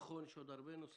נכון, יש עוד הרבה נושאים.